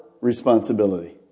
responsibility